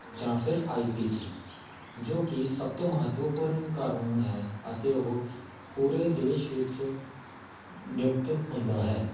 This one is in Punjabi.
ਜਾਂ ਫਿਰ ਆਈ ਪੀ ਸੀ ਜੋ ਕਿ ਸਭ ਤੋਂ ਮਹੱਤਵਪੂਰਨ ਕਾਨੂੰਨ ਹੈ ਅਤੇ ਉਹ ਪੂਰੇ ਦੇਸ਼ ਵਿੱਚ ਨਿਯੁਕਤ ਹੁੰਦਾ ਹੈ